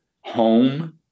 home